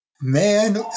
man